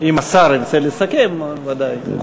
אם השר ירצה לסכם הוא ודאי יוכל.